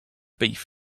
beef